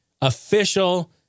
Official